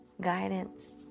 guidance